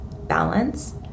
balance